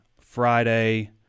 Friday